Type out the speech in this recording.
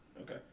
okay